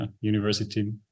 university